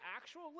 actual